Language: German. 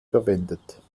verwendet